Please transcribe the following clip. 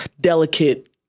delicate